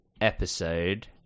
episode